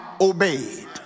obeyed